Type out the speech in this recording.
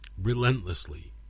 Relentlessly